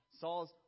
Saul's